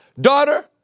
Daughter